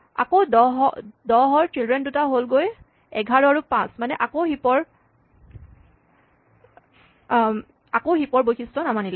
আকৌ ১০ ৰ চিল্ড্ৰেন দুটা হ'লগৈ ১১ আৰু ৫ মানে আকৌ ই হিপ ৰ বৈশিষ্ট নামানিলে